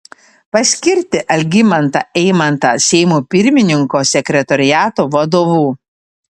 paskirti algimantą eimantą seimo pirmininko sekretoriato vadovu